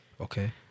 Okay